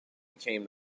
became